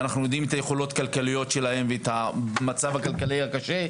ואנחנו יודעים את היכולות הכלכלית שלהם ואת המצב הכלכלי הקשה,